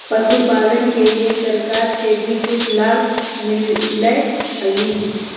पशुपालन के लिए सरकार से भी कुछ लाभ मिलै हई?